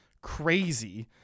crazy